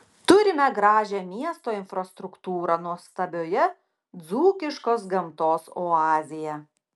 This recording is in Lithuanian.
turime gražią miesto infrastruktūrą nuostabioje dzūkiškos gamtos oazėje